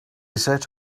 set